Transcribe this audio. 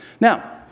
Now